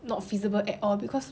not feasible at all because